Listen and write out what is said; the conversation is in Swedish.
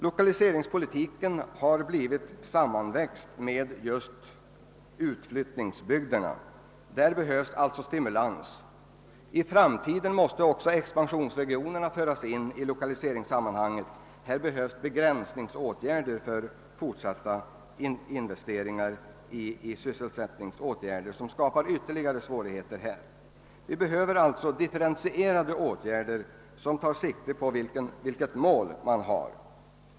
Lokaliseringspolitiken har växt samman med just utflyttningsbygderna. Där behövs alltså stimulans. I framtiden måste också expansionsregionerna föras in i lokaliseringssammanhanget. Här behövs begränsande åtgärder för fortsatta investeringar med sysselsättningseffekter som skappar ytterligare svårigheter. Vi behöver alltså differentierade åtgärder som tar sikte på arten av målsättning.